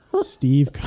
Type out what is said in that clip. Steve